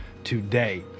Today